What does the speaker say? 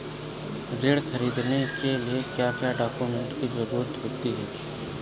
ऋण ख़रीदने के लिए क्या क्या डॉक्यूमेंट की ज़रुरत होती है?